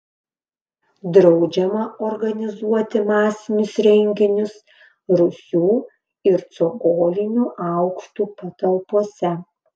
draudžiama organizuoti masinius renginius rūsių ir cokolinių aukštų patalpose